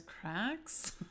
cracks